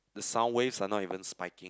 the sound waves are not even spiking